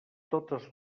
totes